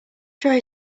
try